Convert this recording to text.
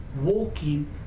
walking